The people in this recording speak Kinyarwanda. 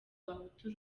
abahutu